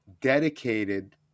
dedicated